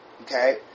Okay